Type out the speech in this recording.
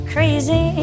Crazy